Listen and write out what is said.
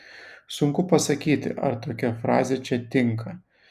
sunku pasakyti ar tokia frazė čia tinka